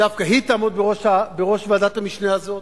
דווקא היא תעמוד בראש ועדת המשנה הזאת,